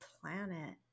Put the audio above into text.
planet